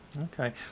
Okay